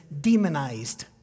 demonized